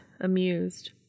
amused